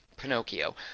Pinocchio